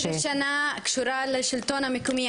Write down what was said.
גברתי, אני 15 שנה קשורה לשלטון המקומי.